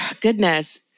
Goodness